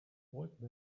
old